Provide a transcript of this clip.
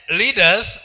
leaders